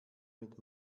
mit